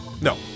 No